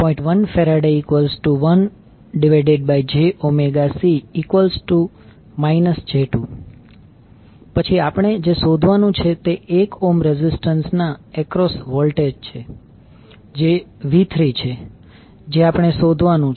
1F1jωC j2 પછી આપણે જે શોધવાનું છે તે 1 ઓહ્મ રેઝિસ્ટન્સ ના એક્રોસ વોલ્ટેજ છે જે V3છે જે આપણે શોધવાનું છે